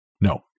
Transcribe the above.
no